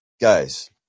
guys